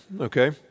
okay